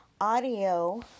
audio